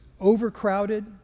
overcrowded